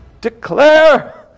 declare